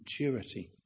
maturity